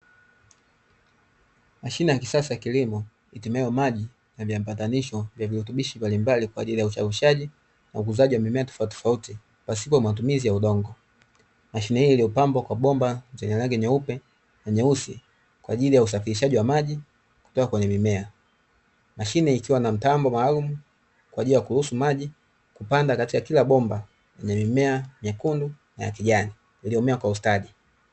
Mashine ya kisasa ya kilimo, itumiayo maji na viambatanisho vya virutubishi mbalimbali kwa ajili ya uchavushaji na ukuzaji wa mimea tofauti tofauti pasipo matumizi ya udongo. Mashine hiyo iliyopambwa kwa bomba zenye rangi nyeupe na nyeusi kwa ajili ya usafirishaji wa maji kutoka kwenye mimea, mashine ikiwa na mtambo maalumu kwa ajili ya kuruhusu maji kupanda katika kila bomba ya mimea mekundu na kijani iliyomea kwa ustadi.